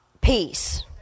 peace